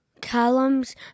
Callum's